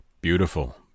Beautiful